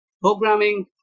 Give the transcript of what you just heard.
programming